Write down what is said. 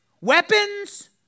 weapons